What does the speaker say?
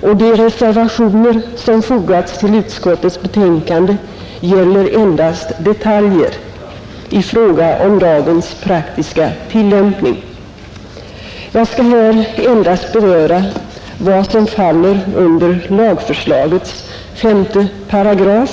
och de reservationer som fogats till utskottets betänkande gäller endast detaljer i fråga om lagens praktiska tillämpning. Jag skall här endast beröra vad som faller under lagförslagets 5 §.